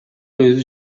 өзү